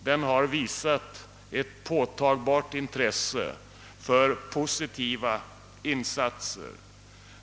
Denna har visat ett påtagligt intresse för positiva insatser.